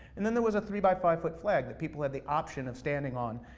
and then there was a three by five foot flag that people had the option of standing on,